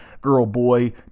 girl-boy